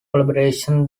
collaboration